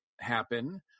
happen